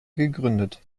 gegründet